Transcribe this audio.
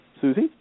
Susie